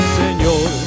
señor